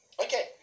Okay